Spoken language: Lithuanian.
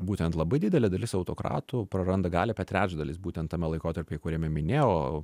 būtent labai didelė dalis autokratų praranda galią apie trečdalis būtent tame laikotarpyje kuriame minėjau